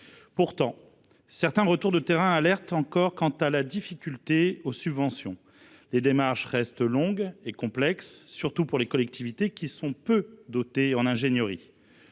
Pourtant, certains retours de terrain alertent encore quant à la difficulté d’accès aux subventions. Les démarches restent longues et complexes, surtout pour les collectivités qui sont peu dotées en ingénierie.